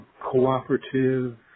cooperative